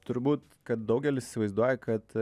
turbūt kad daugelis įsivaizduoja kad